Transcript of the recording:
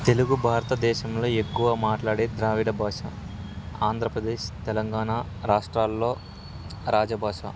తెలుగు భారతదేశంలో ఎక్కువ మాట్లాడే ద్రావిడ భాష ఆంధ్రప్రదేశ్ తెలంగాణ రాష్ట్రాల్లో రాజభాష